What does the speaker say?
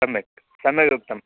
सम्यक् सम्यकुक्तम्